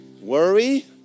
Worry